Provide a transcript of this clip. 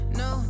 no